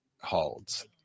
holds